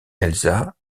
elsa